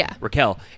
Raquel